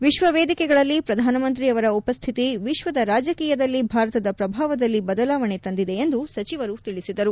ವಿಶ್ವ ವೇದಿಕೆಗಳಲ್ಲಿ ಶ್ರಧಾನಮಂತ್ರಿಯವರ ಉಪಸ್ಥಿತಿ ವಿಶ್ವದ ರಾಜಕೀಯದಲ್ಲಿ ಭಾರತದ ಶ್ರಭಾವದಲ್ಲಿ ಬದಲಾವಣೆ ತಂದಿದೆ ಎಂದು ಸಚಿವರು ತಿಳಿಸಿದರು